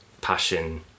passion